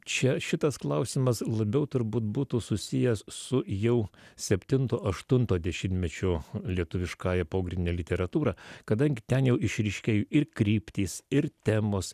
čia šitas klausimas labiau turbūt būtų susijęs su jau septinto aštunto dešimtmečio lietuviškąja pogrindine literatūra kadangi ten jau išryškėjo ir kryptys ir temos